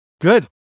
Good